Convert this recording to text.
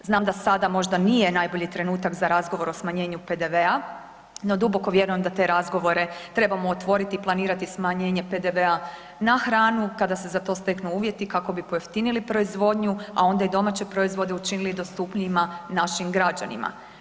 Znam da sada možda nije najbolji trenutak za razgovor o smanjenju PDV-a, no duboko vjerujem da te razgovore trebamo otvoriti i planirati smanjenje PDV-a na hranu kada se za to steknu uvjeti kako bi pojeftinili proizvodnju, a onda i domaće proizvode učinili dostupnijima našim građanima.